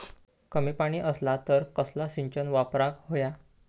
कमी पाणी असला तर कसला सिंचन वापराक होया?